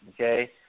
Okay